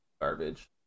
Garbage